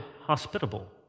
hospitable